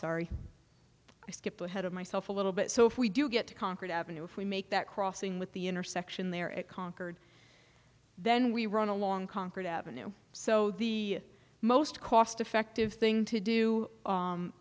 sorry i skipped ahead of myself a little bit so if we do get to concord avenue if we make that crossing with the intersection there it conquered then we run along concord avenue so the most cost effective thing to do